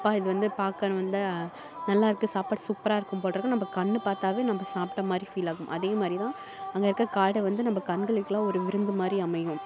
அப்பா இது வந்து பார்க்க வந்து நல்லா இருக்குது சாப்பாடு சூப்பராக இருக்கும் போல் இருக்குது நம்ம கண் பார்த்தாவே நம்ம சாப்பிட்ட மாதிரி ஃபீல் ஆகும் அதே மாதிரி தான் அங்கே இருக்க காடு வந்து நம்ம கண்களுக்கெல்லாம் ஒரு விருந்து மாதிரி அமையும்